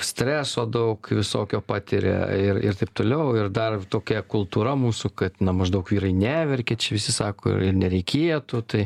streso daug visokio patiria ir ir taip toliau ir dar tokia kultūra mūsų kad maždaug vyrai neverkia čia visi sako ir nereikėtų tai